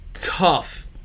Tough